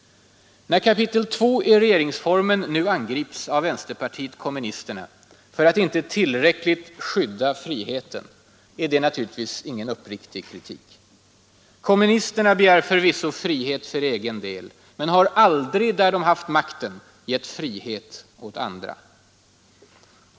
När kapitel 2 i regeringsformen nu angrips av vänsterpartiet kommunisterna för att inte tillräckligt skydda friheten är det naturligtvis ingen uppriktig kritik. Kommunisterna begär förvisso frihet för egen del men har aldrig, där de haft makten, gett frihet åt andra.